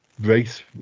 race